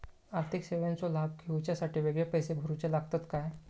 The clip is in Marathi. आर्थिक सेवेंचो लाभ घेवच्यासाठी वेगळे पैसे भरुचे लागतत काय?